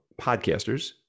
podcasters